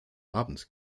abend